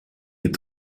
hebt